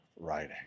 writing